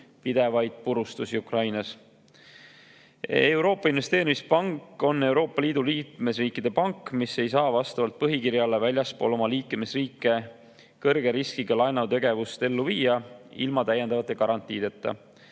pidevaid purustusi Ukrainas. Euroopa Investeerimispank on Euroopa Liidu liikmesriikide pank, mis ei saa vastavalt põhikirjale väljaspool oma liikmesriike kõrge riskiga laenutegevust ellu viia ilma täiendavate garantiideta.